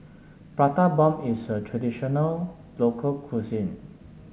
Prata Bomb is a traditional local cuisine